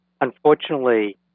Unfortunately